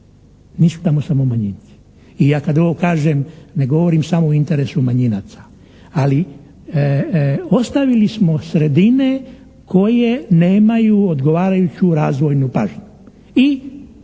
nisu tamo samo manjinci i ja kada ovo kažem ne govorim samo u interesu manjinaca, ali ostavili smo sredine koje nemaju odgovarajuću razvojnu pažnju i